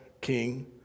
king